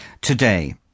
Today